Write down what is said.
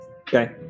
Okay